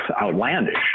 outlandish